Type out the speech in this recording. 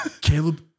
Caleb